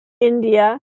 India